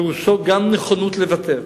פירושו גם נכונות לוותר,